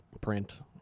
Print